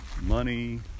money